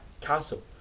Castle